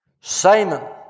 Simon